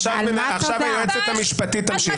עכשיו היועצת המשפטית תמשיך.